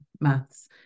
maths